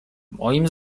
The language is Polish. moim